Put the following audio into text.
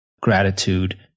gratitude